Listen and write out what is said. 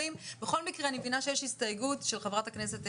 בכל מקרה אני מבינה שיש פה הסתייגות של חברת הכנסת עטיה,